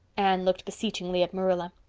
anne looked beseechingly at marilla.